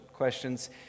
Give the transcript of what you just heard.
Questions